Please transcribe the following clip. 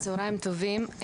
צהריים טובים.